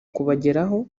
kubageraho